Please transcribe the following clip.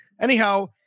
Anyhow